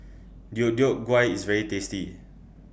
Deodeok Gui IS very tasty